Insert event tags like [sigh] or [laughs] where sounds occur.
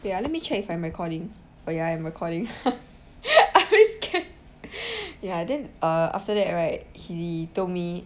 wait ah let me check if I'm recording oh ya I'm recording [laughs] I was scared ya then err after that right he told me